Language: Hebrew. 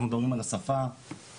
אנחנו מדברים על השפה הערבית.